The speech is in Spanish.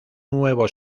nuevo